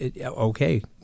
okay